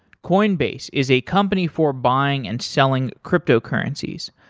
coinbase is a company for buying and selling cryptocurrencies.